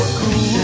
cool